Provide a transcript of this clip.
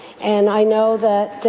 and i know that